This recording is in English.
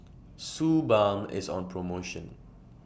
Suu Balm IS on promotion